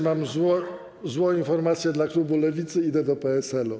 Mam złą informację dla klubu Lewicy: idę do PSL-u.